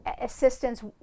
assistance